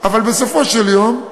אבל בסופו של יום,